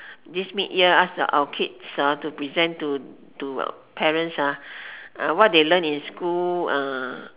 this mid year ask our kids hor to present to to parents ah what they learn in school uh